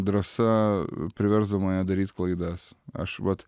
drąsa priversdavo mane daryt klaidas aš vat